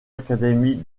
academy